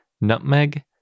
Nutmeg